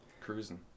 Cruising